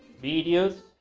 videos,